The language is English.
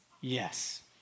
Yes